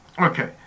Okay